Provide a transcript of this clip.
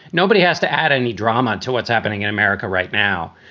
nobody has to add any drama to what's happening in america right now.